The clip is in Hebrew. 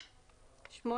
(8)